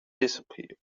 disappeared